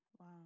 Wow